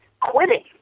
quitting